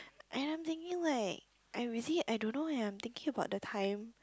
and I'm thinking like I really I don't know eh I'm thinking about the time